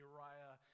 Uriah